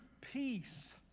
peace